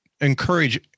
encourage